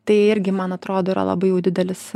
tai irgi man atrodo yra labai jau didelis